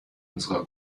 unserer